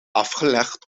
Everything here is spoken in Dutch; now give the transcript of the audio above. afgelegd